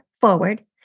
forward